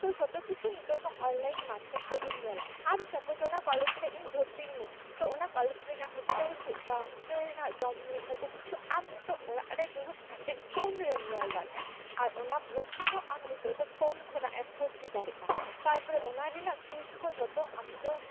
ᱛᱳ ᱡᱷᱚᱛᱚ ᱠᱤᱪᱷᱩ ᱱᱤᱛᱚᱜ ᱫᱚ ᱚᱱᱞᱟᱭᱤᱱ ᱢᱟᱫᱽᱫᱷᱚᱢ ᱛᱮᱜᱮᱢ ᱧᱮᱞᱟ ᱟᱢ ᱥᱟᱯᱳᱡ ᱚᱱᱟ ᱠᱚᱞᱮᱡ ᱨᱮ ᱤᱧ ᱵᱷᱚᱨᱛᱤ ᱤᱱᱟᱹᱧ ᱛᱳ ᱚᱱᱟ ᱠᱚᱞᱮᱡ ᱨᱮᱱᱟᱜ ᱦᱚᱥᱴᱮᱞ ᱦᱚᱥᱴᱮᱞ ᱪᱮᱫᱞᱮᱠᱟ ᱦᱚᱥᱴᱮᱞ ᱨᱮᱱᱟᱜ ᱡᱚᱢ ᱧᱩ ᱡᱷᱚᱛᱚ ᱠᱤᱪᱷᱩ ᱟᱢ ᱱᱤᱛᱚᱜ ᱚᱲᱟᱜ ᱨᱮ ᱫᱩᱲᱩᱵ ᱠᱟᱛᱮᱜ ᱯᱷᱳᱱ ᱨᱮᱢ ᱧᱮᱞ ᱫᱟᱲᱮᱭᱟᱜᱼᱟ ᱟᱨ ᱚᱱᱟ ᱵᱷᱚᱨᱛᱤ ᱦᱚᱸ ᱟᱢ ᱱᱤᱛᱚᱜ ᱫᱚ ᱯᱷᱳᱱ ᱠᱷᱚᱱᱟᱜ ᱮᱢ ᱵᱷᱚᱨᱛᱤ ᱫᱟᱲᱮᱜᱼᱟ ᱛᱟᱨᱯᱚᱨᱮ ᱚᱱᱟ ᱨᱮᱱᱟᱜ ᱯᱷᱤᱥ ᱠᱚ ᱟᱢ ᱫᱚ ᱡᱚᱛᱚ